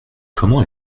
comment